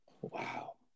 wow